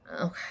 Okay